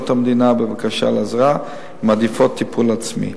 המדינה בבקשה לעזרה ומעדיפות טיפול עצמי.